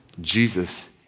Jesus